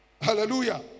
Hallelujah